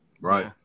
right